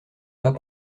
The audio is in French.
pas